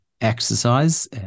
exercise